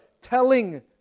telling